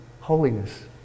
holiness